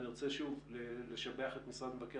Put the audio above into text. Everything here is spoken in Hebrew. אני רוצה שוב לשבח את משרד מבקר